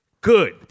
Good